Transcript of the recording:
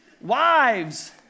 Wives